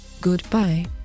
Goodbye